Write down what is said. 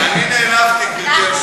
אני נעלבתי, גברתי היושבת-ראש.